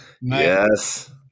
yes